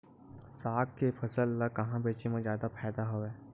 साग के फसल ल कहां बेचे म जादा फ़ायदा हवय?